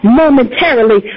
momentarily